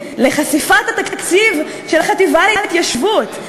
ובכסות של טיעונים ביטחוניים אתם משתמשים בהפחדה כדי לעשות מהלך,